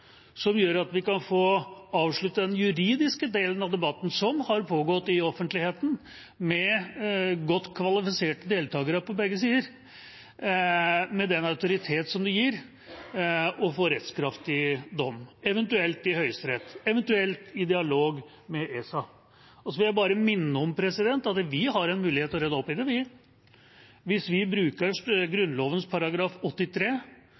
som gjør at vi kan få avsluttet den juridiske delen av debatten, som har pågått i offentligheten med godt kvalifiserte deltakere på begge sider, med den autoritet som det gir å få rettskraftig dom – eventuelt i Høyesterett, eventuelt i dialog med ESA. Så vil jeg bare minne om at vi har en mulighet til å rydde opp i det hvis vi bruker Grunnloven § 83,